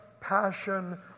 passion